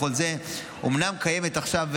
אומנם קיימת עכשיו,